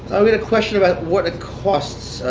we had a question about what it costs,